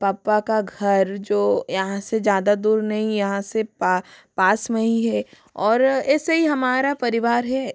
पापा का घर जो यहाँ से ज़्यादा दूर नहीं यहाँ से पा पास में ही है और ऐसे ही हमारा परिवार है